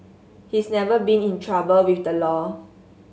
he's never been in trouble with the law